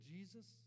Jesus